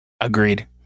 Agreed